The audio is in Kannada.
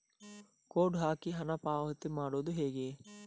ಕೋಡ್ ಹಾಕಿ ಹಣ ಪಾವತಿ ಮಾಡೋದು ಹೇಗೆ?